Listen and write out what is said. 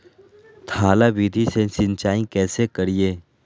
थाला विधि से सिंचाई कैसे करीये?